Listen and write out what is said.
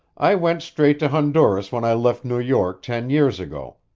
i went straight to honduras when i left new york ten years ago,